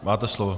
Máte slovo.